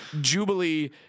Jubilee